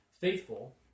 faithful